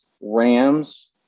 Rams